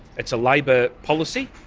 it's a labor policy,